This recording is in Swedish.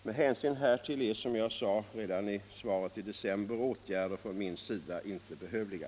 Med hänsyn härtill är, som jag sade i svaret redan i december, åtgärder från min sida inte behövliga.